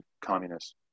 communists